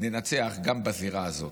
ננצח גם בזירה הזאת.